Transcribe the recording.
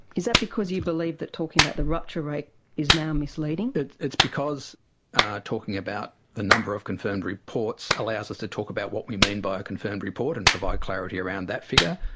is that because you believe that talking about the rupture rate is now misleading? but it's because talking about the number of confirmed reports allows us to talk about what we mean by a confirmed report and provide clarity around that figure,